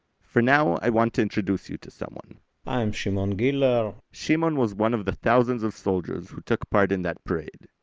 for now, i want to introduce you to someone i am shimon giller shimon was one of thousands of soldiers who took part in that parade.